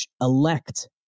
elect